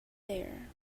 there